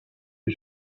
you